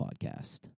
podcast